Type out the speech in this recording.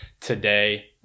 today